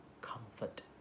comfort